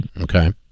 Okay